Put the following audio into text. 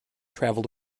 travelled